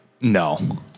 No